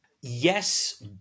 yes